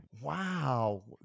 Wow